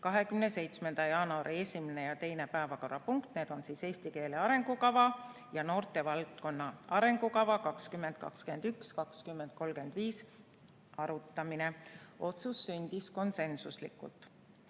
27. jaanuari esimene ja teine päevakorrapunkt. Need olid eesti keele arengukava ja noortevaldkonna arengukava arutamine. Otsus sündis konsensusega.